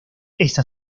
esta